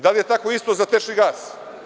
Da li je tako isto za tečni gas?